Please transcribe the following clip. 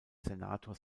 senators